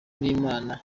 n’inama